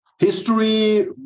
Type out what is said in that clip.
History